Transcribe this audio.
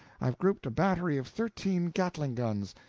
i've grouped a battery of thirteen gatling guns,